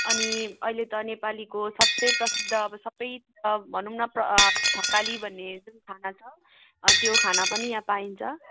अनि अहिले त नेपालीको सब्से प्रसिद्ध अब सबै भनौँ न थकाली भन्ने जुन खाना छ त्यो खाना पनि यहाँ पाइन्छ